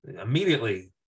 Immediately